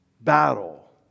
battle